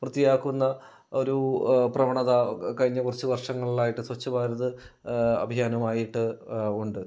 വൃത്തിയാക്കുന്ന ഒരു പ്രവണത കഴിഞ്ഞ കുറച്ച് വർഷങ്ങളിലായിട്ട് സ്വച്ഛ് ഭാരത് അഭിയാനുമായിട്ട് ഉണ്ട്